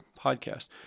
podcast